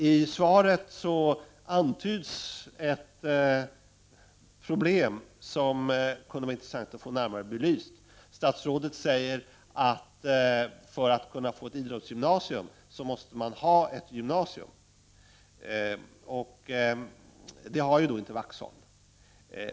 I svaret antyds ett problem som kunde vara intressant att få närmare belyst. Statsrådet säger att för att kunna få ett idrottsgymnasium måste man ha ett gymnasium. Det har ju inte Vaxholm.